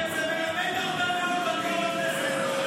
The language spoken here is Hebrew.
כן, זה מלמד הרבה מאוד על יו"ר הכנסת הנוכחי,